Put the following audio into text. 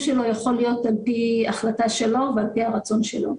שלו יכול להיות על פי החלטה שלו ועל פי הרצון שלו.